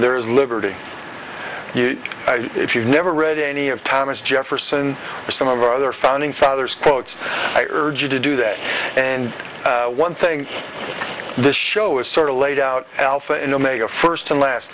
there is liberty you if you've never read any of thomas jefferson or some of our other founding fathers quotes i urge you to do that and one thing this show is sort of laid out alpha and omega first and last